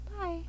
Bye